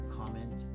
comment